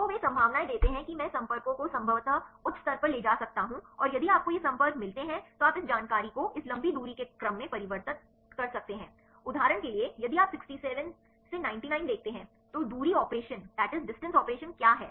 तो वे संभावनाएं देते हैं कि मैं संपर्कों को संभवतः उच्च स्तर पर ले जा सकता हूं और यदि आपको ये संपर्क मिलते हैं तो आप इस जानकारी को इस लंबी दूरी के क्रम में परिवर्तित कर सकते हैं उदाहरण के लिए यदि आप 67 99 देखते हैं तो दूरी ऑपरेशन क्या है